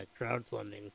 crowdfunding